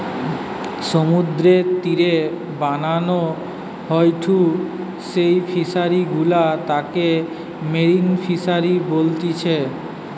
সমুদ্রের তীরে বানানো হয়ঢু যেই ফিশারি গুলা তাকে মেরিন ফিসারী বলতিচ্ছে